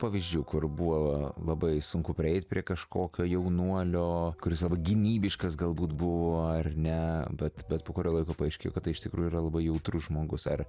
pavyzdžių kur buvo labai sunku prieit prie kažkokio jaunuolio kuris labai gynybiškas galbūt buvo ar ne bet bet po kurio laiko paaiškėjo kad tai iš tikrųjų yra labai jautrus žmogus ar